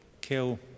kill